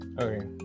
Okay